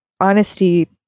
honesty